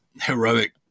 heroic